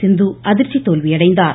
சிந்து அதிர்ச்சி தோல்வியடைந்தார்